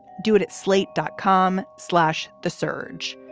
do it at slate dot com, slash the surge.